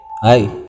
Hi